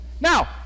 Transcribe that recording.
Now